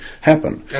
happen